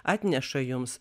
atneša jums